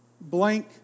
blank